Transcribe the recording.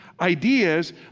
ideas